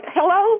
Hello